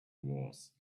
was